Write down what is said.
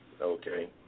okay